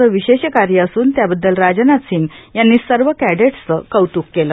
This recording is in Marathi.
चं विशेष कार्य असून त्यावद्दल राजनाथ सिंग यांनी सर्व कॅडेट्सचं कौतुक केलं